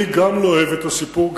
גם אני לא אוהב את הסיפור הזה,